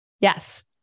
Yes